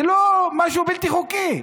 זה לא משהו בלתי חוקי.